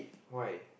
why